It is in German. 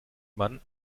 man